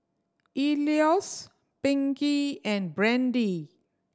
Elois Pinkey and Brandi